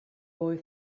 boy